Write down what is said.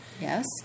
Yes